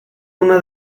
una